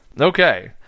Okay